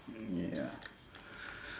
ya